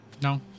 no